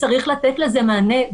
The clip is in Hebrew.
צריך לתת לזה מענה.